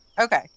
Okay